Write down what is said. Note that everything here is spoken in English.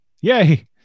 Yay